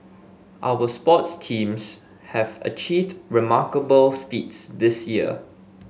our sports teams have achieved remarkable feats this year